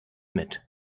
mit